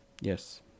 Yes